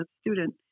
student